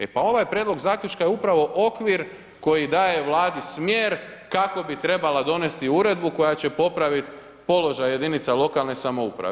E pa ovaj Prijedlog Zaključka je upravo okvir koji daje Vladi smjer kako bi trebala donesti Uredbu koja će popravit položaj jedinica lokalne samouprave.